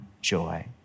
Joy